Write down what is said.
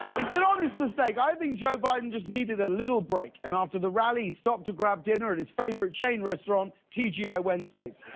it's an honest mistake. i think joe biden just needed a little break. and after the rally, he stopped to grab dinner at his favorite chain restaurant, t g i wednesdays.